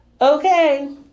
Okay